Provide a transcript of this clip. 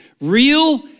Real